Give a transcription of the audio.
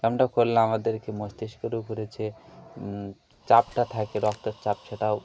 ব্যায়ামটা করলে আমাদের মস্তিষ্কর উপরে যে চাপ টা থাকে রক্তর চাপ সেটাও